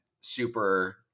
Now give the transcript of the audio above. super